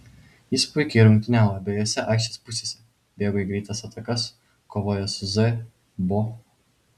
jis puikiai rungtyniavo abejose aikštės pusėse bėgo į greitas atakas kovojo su z bo